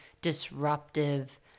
disruptive